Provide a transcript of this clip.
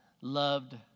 loved